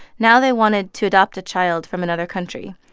now they wanted to adopt a child from another country.